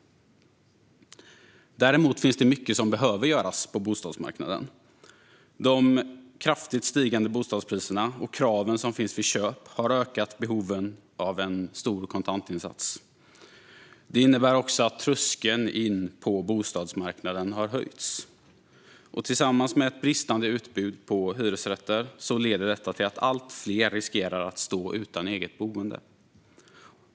Det finns dock mycket som behöver göras på bostadsmarknaden. De kraftigt stigande bostadspriserna och villkoren som finns vid köp har ökat kraven på en stor kontantinsats. Det innebär också att tröskeln in till bostadsmarknaden har höjts. Tillsammans med ett bristande utbud av hyresrätter leder detta till att allt fler riskerar att stå utan eget boende.